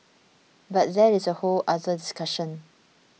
but that is a whole other discussion